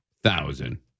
thousand